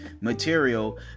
material